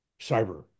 cyber